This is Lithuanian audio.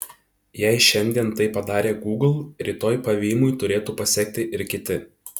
jei šiandien tai padarė gūgl rytoj pavymui turėtų pasekti ir kiti